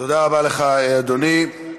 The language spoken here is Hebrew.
תודה רבה לך, אדוני.